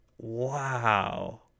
wow